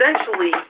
essentially